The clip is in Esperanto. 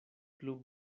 plu